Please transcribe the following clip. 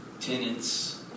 tenants